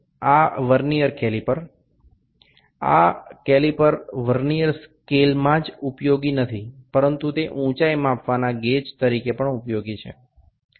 এই ভার্নিয়ার ক্যালিপারে কেবলমাত্র ভার্নিয়ার স্কেল ব্যবহৃত হয় না উচ্চতা মাপক হিসেবেও ব্যবহার করা যেতে পারে